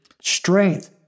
strength